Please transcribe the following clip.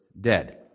dead